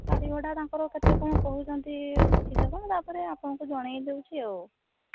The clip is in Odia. ଗାଡ଼ି ଘୋଡ଼ା ତାଙ୍କର କେତେ କ'ଣ କହୁଛନ୍ତି ବୁଝିଦେବା ତା'ପରେ ଆପଣଙ୍କୁ ଜଣେଇ ଦେଉଛି ଆଉ